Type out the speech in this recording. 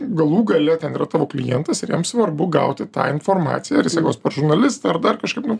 galų gale ten yra tavo klientas ir jam svarbu gauti tą informaciją ar jisai gaus žurnalistą ar dar kažkaip nu